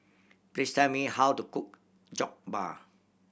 please tell me how to cook Jokbal